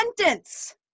sentence